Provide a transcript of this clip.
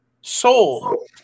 Soul